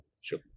Sure